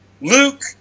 Luke